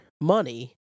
money